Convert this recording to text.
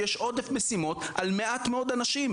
כי יש עודף משימות על מעט מאוד אנשים,